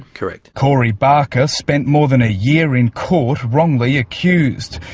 correct. corey barker spent more than a year in court wrongly accused.